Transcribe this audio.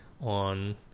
on